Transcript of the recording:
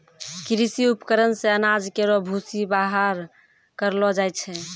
कृषि उपकरण से अनाज केरो भूसी बाहर करलो जाय छै